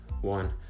one